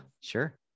sure